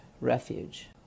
refuge